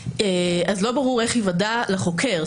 לא ברור איך ייוודע לחוקר.